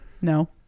No